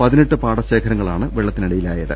പതിനെട്ട് പാടശേഖരങ്ങളാണ് വെള്ള ത്തിനടിയിലായത്